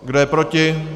Kdo je proti?